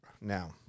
Now